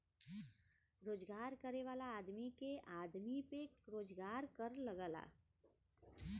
रोजगार करे वाला आदमी के आमदमी पे रोजगारी कर लगला